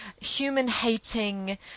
human-hating